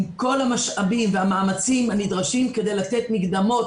עם כל המשאבים והמאמצים הנדרשים כדי לתת מקדמות